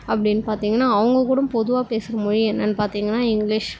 அப்படின்னு பார்த்தீங்கன்னா அவங்க கூடம் பொதுவாக பேசுகிற மொழி என்னன்னு பார்த்தீங்கன்னா இங்கிலிஷ்